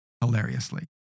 hilariously